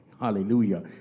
Hallelujah